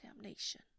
damnation